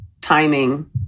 timing